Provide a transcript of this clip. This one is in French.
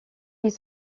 ils